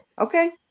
Okay